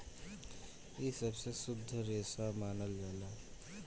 इ सबसे शुद्ध रेसा मानल जाला